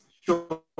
Sure